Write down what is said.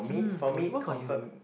um for you what about you